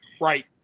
Right